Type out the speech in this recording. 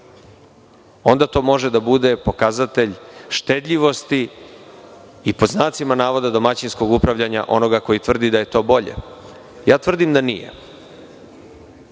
onda to može da bude pokazatelj štedljivosti i „domaćinskog upravljanja“ onoga koji tvrdi da je to bolje. Ja tvrdim da nije,